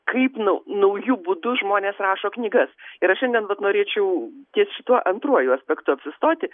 kaip nau nauju būdu žmonės rašo knygas ir aš šiandien vat norėčiau ties šituo antruoju aspektu apsistoti